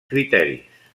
criteris